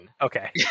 Okay